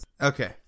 Okay